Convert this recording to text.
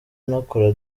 anakora